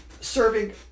serving